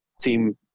team